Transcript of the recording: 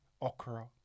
okra